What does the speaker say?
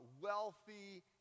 wealthy